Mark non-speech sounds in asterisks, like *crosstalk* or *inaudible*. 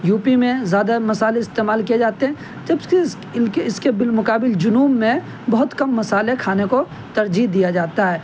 you P میں زیادہ مصالحے استعمال کیے جاتے ہیں *unintelligible* ان کے اس کے بالمقابل جنوب میں بہت کم مصالحے کھانے کو ترجیح دیا جاتا ہے